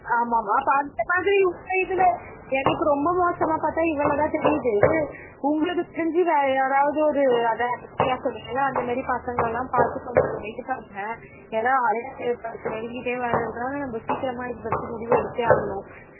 ஆமாம் ஆமாம் அப்போ அந்த மாதிரி உங்கள் இதில் எனக்கு ரொம்ப மோசமாக பார்த்தா இவளை தான் தெரியுது உங்களுக்கு தெரிஞ்சு வேறு யாராவது ஒரு அதுதான் அந்த பிரியா சொன்னிங்கள்லே அந்தமாதிரி பசங்களெல்லாம் கொஞ்சம் பார்த்து இது பண்ணுங்க ஏன்னால் அரையாண்டு பரிட்ச நெருங்கிட்டே வர்றதுனால் நம்ம சீக்கிரமாக இது பற்றி முடிவு எடுத்தே ஆகணும்